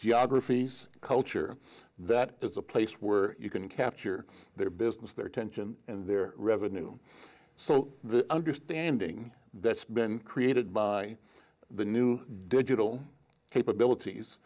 geographies culture that is a place where you can capture their business their attention and their revenue so understanding that's been created by the new digital capabilities